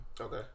Okay